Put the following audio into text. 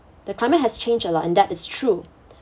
the climate has changed a lot and that is true